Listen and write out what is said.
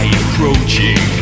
approaching